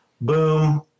Boom